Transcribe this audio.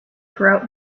throughout